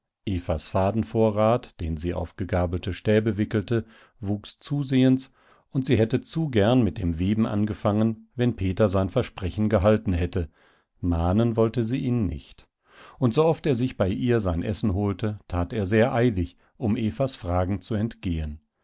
evas fadenvorrat den sie auf gegabelte stäbe wickelte wuchs zusehends und sie hätte zu gern mit dem weben angefangen wenn peter sein versprechen gehalten hätte mahnen wollte sie ihn nicht und sooft er sich bei ihr sein essen holte tat er sehr eilig um evas fragen zu entgehen